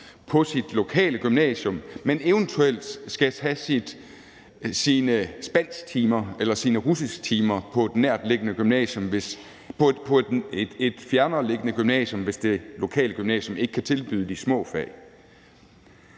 på sit lokale gymnasium, men eventuelt skal tage sine spansktimer eller sine russisktimer på et fjernereliggende gymnasium, hvis det lokale gymnasium ikke kan tilbyde de små fag.